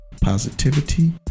positivity